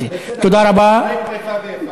אני יורד, רק שנייה.